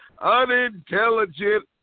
unintelligent